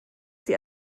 sie